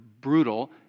brutal